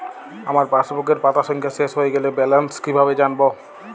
আমার পাসবুকের পাতা সংখ্যা শেষ হয়ে গেলে ব্যালেন্স কীভাবে জানব?